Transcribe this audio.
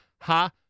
Ha